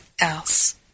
else